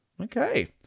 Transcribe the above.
okay